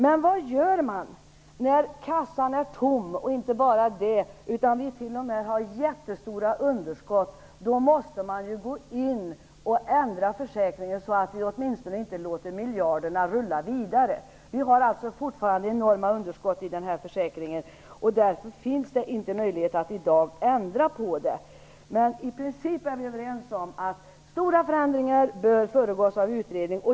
Men vad gör man när kassan är tom, och inte bara det, vi har t.o.m. jättestora underskott. Då måste man gå in och ändra försäkringen så att vi åtminstone inte låter miljarderna rulla vidare. Vi har alltså fortfarande enorma underskott i den här försäkringen och därför finns det inte möjlighet att i dag ändra på den. Men i princip är vi överens om att stora förändringar bör föregås av utredning.